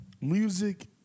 music